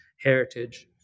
heritage